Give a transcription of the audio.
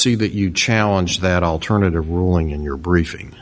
see that you challenge that alternative ruling in your briefing